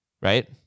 Right